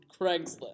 Craigslist